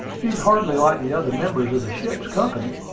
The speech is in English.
he is hardly like the other members of the ship's company.